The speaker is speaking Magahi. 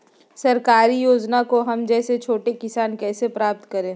सरकारी योजना को हम जैसे छोटे किसान कैसे प्राप्त करें?